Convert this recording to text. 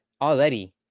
Already